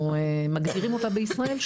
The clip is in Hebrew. או מגדירים אותה בישראל,